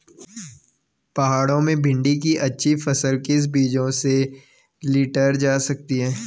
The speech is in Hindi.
पहाड़ों में भिन्डी की अच्छी फसल किस बीज से लीटर जा सकती है?